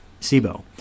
SIBO